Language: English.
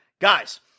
guys